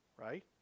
right